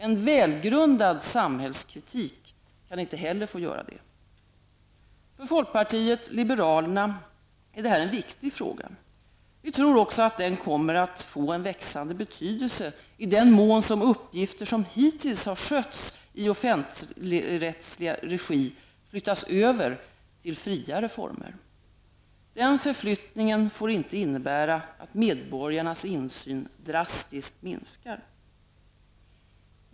En välgrundad samhällskritik kan inte heller få göra det. För folkpartiet liberalerna är det här en viktig fråga. Vi tror också att den kommer att få en växande betydelse, i den mån uppgifter som hittills har skötts i offentligrättslig regi flyttas över till friare former. Den förflyttningen får inte innebära att medborgarnas insyn drastiskt minskar.